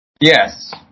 Yes